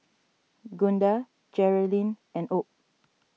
Gunda Jerilynn and Obe